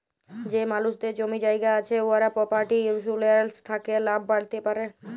যে মালুসদের জমি জায়গা আছে উয়ারা পরপার্টি ইলসুরেলস থ্যাকে লাভ প্যাতে পারে